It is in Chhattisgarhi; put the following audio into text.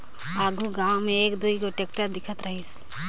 आघु गाँव मे एक दुई गोट टेक्टर दिखत रहिस